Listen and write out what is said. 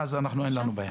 ואז אין לנו בעיה.